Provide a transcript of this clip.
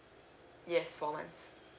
yes four months